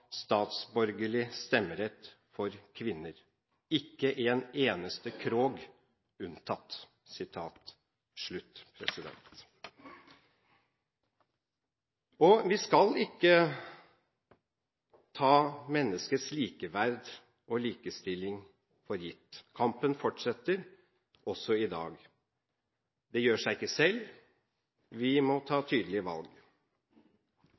statsborgerlig stemmeret for kvinder, ikke en eneste Krog undtagen».» Vi skal ikke ta menneskets likeverd og likestilling for gitt. Kampen fortsetter også i dag. Det gjør seg ikke selv. Vi må ta tydelige valg.